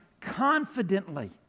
confidently